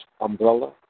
umbrella